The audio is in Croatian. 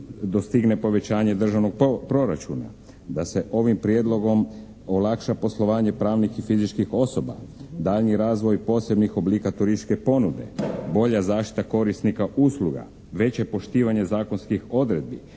rada na crno. Olakšano poslovanje pravnih i fizičkih osoba, daljnji razvoj posebnih oblika turističke ponude, bolja zaštita korisnika usluga, veće poštivanje zakonskih odredbi,